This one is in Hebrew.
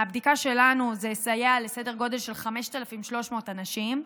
מהבדיקה שלנו זה סייע לסדר גודל של 5,300 אנשים.